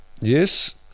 yes